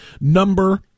number